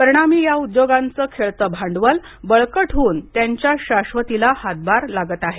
परिणामी या उद्योगांचं खेळतं भांडवल बळकट होऊन त्यांच्या शाश्वतीला हातभार लागत आहे